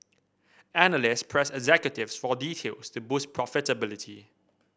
analysts pressed executives for details to boost profitability